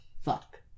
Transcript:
Fuck